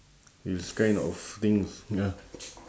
these kind of things ya